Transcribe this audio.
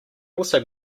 also